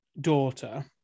daughter